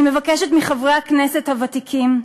אני מבקשת מחברי הכנסת הוותיקים,